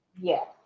Yes